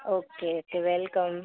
okay welcome